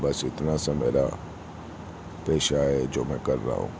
بس اتنا سا میرا پیشہ ہے جو میں کر رہا ہوں